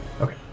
Okay